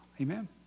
Amen